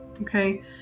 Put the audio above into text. Okay